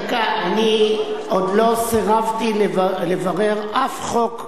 אני עוד לא סירבתי לברר אף חוק,